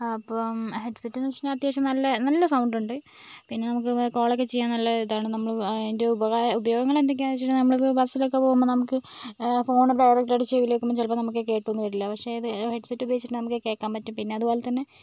അപ്പം headset എന്നു വെച്ചാൽ അത്യാവശ്യം നല്ല നല്ല സൗണ്ടോണ്ട് പിന്നെ നമുക്ക് കോളൊക്കെ ചെയ്യാം നല്ല ഇതാണ് നമ്മൾ അതിൻ്റെ ഉപകാരം ഉപയോഗങ്ങളെന്തൊക്കെയാന്ന് വെച്ചിട്ടുണ്ടെങ്കിൽ ബസ്സിലോക്കെ പോകുമ്പോൾ നമുക്ക് ഫോണ് ഡയറക്റ്റായിട്ട് ചെവിയിൽ വയ്ക്കുമ്പോൾ ചിലപ്പോൾ നമുക്ക് കേട്ടുന്ന് വരില്ല പക്ഷേ ഹെഡ് സെറ്റ് ഉപയോഗിച്ചിട്ടുണ്ടെങ്കിൽ നമുക്ക് കേൾക്കാൻ പറ്റും പിന്നെ അതുപോലെ തന്നെ